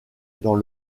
dans